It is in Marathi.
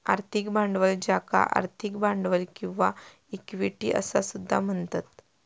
आर्थिक भांडवल ज्याका आर्थिक भांडवल किंवा इक्विटी असा सुद्धा म्हणतत